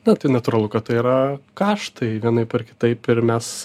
na tai natūralu kad tai yra kaštai vienaip ar kitaip ir mes